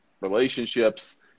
relationships